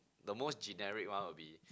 the most generic one will be